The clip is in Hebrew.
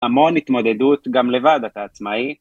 המון התמודדות גם לבד אתה עצמאי.